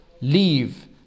Leave